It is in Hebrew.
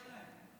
יש להם, יש להם.